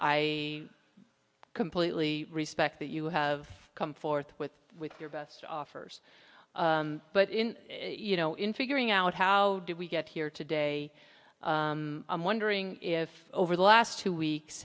i completely respect that you have come forth with with your best offers but you know in figuring out how did we get here today i'm wondering if over the last two weeks